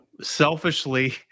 Selfishly